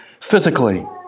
physically